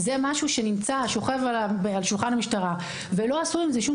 זה משהו שנמצא על שולחן המשטרה ולא עשו עם זה שום